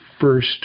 first